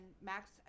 Max